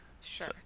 Sure